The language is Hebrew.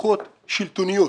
הבטחות שלטוניות.